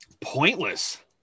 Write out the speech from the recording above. pointless